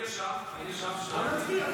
השרה, אל תפריע לה לדבר.